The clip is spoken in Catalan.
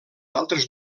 altres